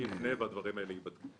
אני אפנה, והדברים האלה ייבדקו.